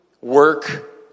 work